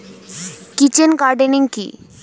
Kitchen gardening কি?